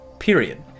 Period